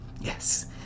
Yes